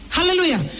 Hallelujah